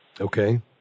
Okay